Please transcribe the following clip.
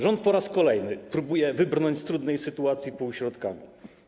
Rząd po raz kolejny próbuje wybrnąć z trudnej sytuacji półśrodkami.